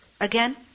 again